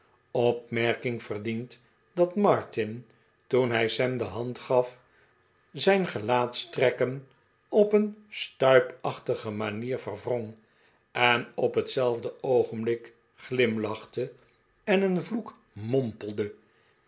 opmerking verdient dat martin toen hij sam de hand gaf zijn gelaatstrekken op een stuipachtige manier verwrong en op hetzelfde oogenblik glimlachte en een vloek